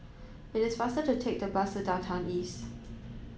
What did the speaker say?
it is faster to take the bus to Downtown East